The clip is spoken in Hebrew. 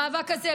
המאבק הזה,